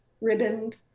ribboned